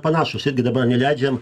panašūs irgi dabar neleidžiam